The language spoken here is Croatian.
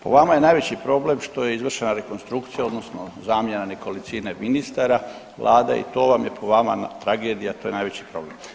Po vama je najveći problem što je izvršena rekonstrukcija, odnosno zamjena nekolicine ministara, Vlada i to vam je po vama tragedija, to je najveći problem.